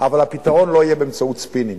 אבל הפתרון לא יהיה באמצעות ספינים.